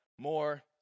more